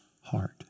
heart